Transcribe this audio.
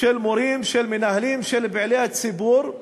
של מורים, של מנהלים, של פעילי ציבור.